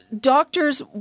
doctors